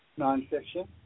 nonfiction